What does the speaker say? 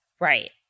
Right